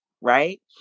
Right